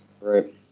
Right